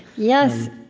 yes.